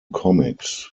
comics